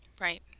Right